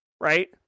right